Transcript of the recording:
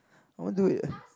I won't do it